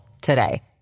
today